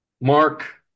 Mark